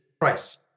price